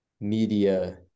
media